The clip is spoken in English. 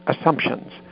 assumptions